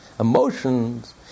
Emotions